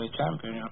champion